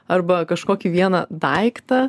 arba kažkokį vieną daiktą